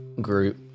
group